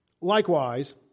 likewise